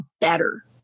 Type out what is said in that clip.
better